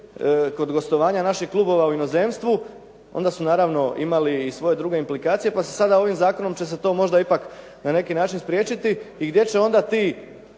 kod gostovanja naših klubova u inozemstvu, onda su naravno imali i svoje druge implikacije pa sada ovim zakonom će se to možda ipak na neki način spriječiti. I gdje će onda ti